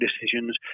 decisions